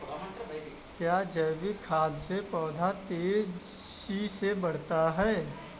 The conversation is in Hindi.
क्या जैविक खाद से पौधा तेजी से बढ़ता है?